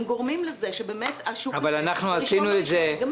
הם גורמים לכך שהשוק ייגמר.